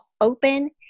open